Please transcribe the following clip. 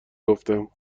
گفتم